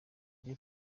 rye